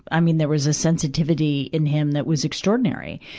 i mean, there was a sensitivity in him that was extraordinary.